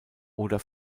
oder